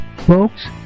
Folks